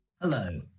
Hello